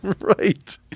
right